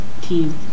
team